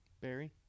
Barry